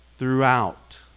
Throughout